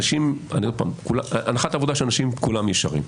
ועוד פעם, הנחת העבודה שאנשים כולם ישרים,